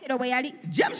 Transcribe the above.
James